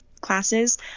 classes